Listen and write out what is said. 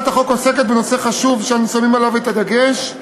הצעת החוק עוסקת בנושא חשוב שאנו שמים עליו את הדגש: